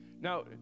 Now